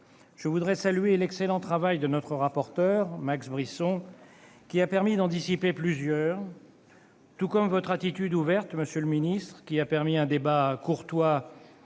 Je voudrais saluer d'abord l'excellent travail de notre rapporteur, Max Brisson, qui a permis d'en dissiper plusieurs, ensuite votre attitude ouverte, monsieur le ministre, qui a permis un débat courtois